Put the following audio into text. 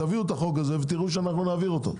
תביאו את החוק הזה ותראו שנעביר אותו.